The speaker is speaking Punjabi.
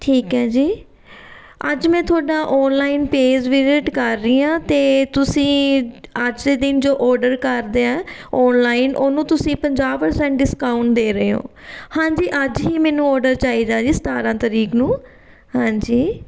ਠੀਕ ਹੈ ਜੀ ਅੱਜ ਮੈਂ ਤੁਹਾਡਾ ਔਨਲਾਈਨ ਪੇਜ ਵਿਜਿਟ ਕਰ ਰਹੀ ਹਾਂ ਅਤੇ ਤੁਸੀਂ ਅੱਜ ਦੇ ਦਿਨ ਜੋ ਔਰਡਰ ਕਰਦੇ ਆ ਔਨਲਾਈਨ ਉਹਨੂੰ ਤੁਸੀਂ ਪੰਜਾਹ ਪ੍ਰਸੈਂਟ ਡਿਸਕਾਊਂਟ ਦੇ ਰਹੇ ਹੋ ਹਾਂਜੀ ਅੱਜ ਹੀ ਮੈਨੂੰ ਔਰਡਰ ਚਾਹੀਦਾ ਜੀ ਸਤਾਰ੍ਹਾਂ ਤਰੀਕ ਨੂੰ ਹਾਂਜੀ